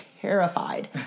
terrified